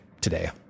today